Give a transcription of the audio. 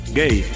gay